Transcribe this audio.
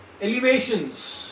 elevations